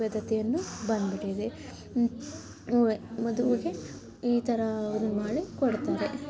ಪದ್ಧತಿಯನ್ನು ಬಂದುಬಿಟ್ಟಿದೆ ಮದುವೆಗೆ ಈ ಥರ ಒಂದು ಮಾಡಿ ಕೊಡ್ತಾರೆ